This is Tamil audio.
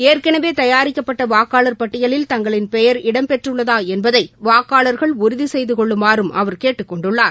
ஏற்கனவே தயாரிக்கப்பட்ட வாக்காளர் பட்டியலில் தங்களின் பெயர் இடம் பெற்றுள்ளதா என்பதை வாக்காளர்கள் உறுதி செய்து கொள்ளுமாறும் அவர் கேட்டுக்கொண்டுள்ளார்